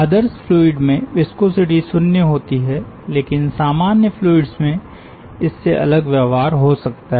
आदर्श fluid में viscosity शुन्य होती है लेकिन सामान्य फ्लुइड्स में इससे अलग व्यवहार हो सकता है